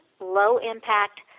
low-impact